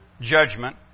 judgment